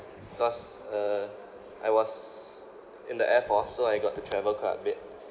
because uh I was in the air force so I got to travel quite a bit